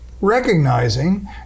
recognizing